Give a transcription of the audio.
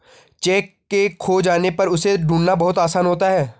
cheque के खो जाने पर उसे ढूंढ़ना बहुत आसान होता है